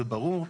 זה ברור,